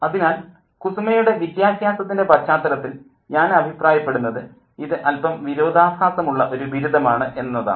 അതിനാൽ കുസുമയുടെ വിദ്യാഭ്യാസത്തിൻ്റെ പശ്ചാത്തലത്തിൽ ഞാൻ അഭിപ്രായപ്പെടുന്നത് ഇത് അല്പം വിരോധാഭാസമുള്ള ഒരു ബിരുദമാണ് എന്നതാണ്